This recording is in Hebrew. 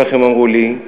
כך הם אמרו לי,